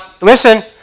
Listen